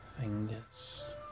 fingers